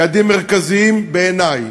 יעדים מרכזיים בעיני,